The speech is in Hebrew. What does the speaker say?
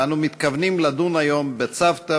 ואנו מתכוונים לדון היום בצוותא,